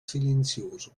silenzioso